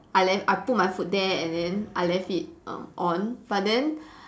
I left I put my food there and then I left it err on but then